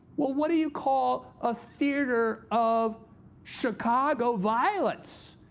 well, what do you call a theater of chicago violence?